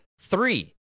three